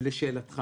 לשאלתך